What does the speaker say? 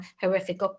horrific